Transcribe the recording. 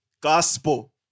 Gospel